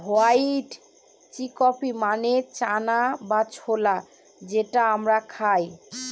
white chickpea মানে চানা বা ছোলা যেটা আমরা খায়